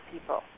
people